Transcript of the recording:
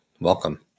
welcome